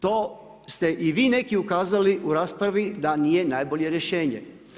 To ste i vi neki ukazali u raspravi da nije najbolje rješenje.